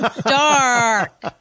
dark